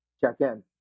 check-in